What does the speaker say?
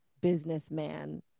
businessman